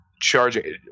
charging